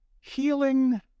Healing